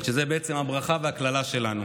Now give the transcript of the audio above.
שזה בעצם הברכה והקללה שלנו.